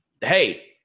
Hey